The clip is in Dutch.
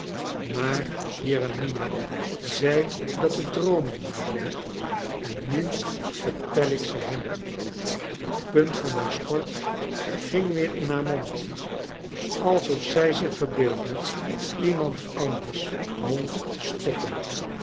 maar jeremia zei dat het droomen waren en nu vertel ik ze hem de punt van haar schort ging weer in haar mond alsof zij zich verbeeldde iemand anders mond te stoppen